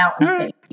right